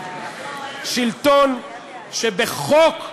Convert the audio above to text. שלטון שבחוק,